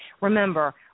remember